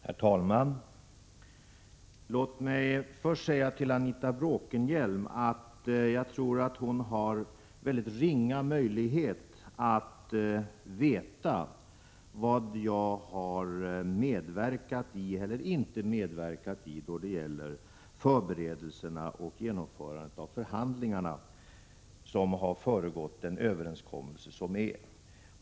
Herr talman! Låt mig först säga till Anita Bråkenhielm att hon har ringa möjlighet att veta vad jag har medverkat i och inte medverkat i då det gäller förberedelserna och genomförandet av förhandlingarna som har föregått den överenskommelse som träffats.